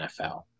NFL